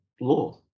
law